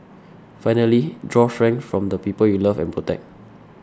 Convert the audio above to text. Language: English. finally draw strength from the people you love and protect